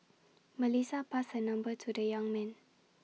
Melissa passed her number to the young man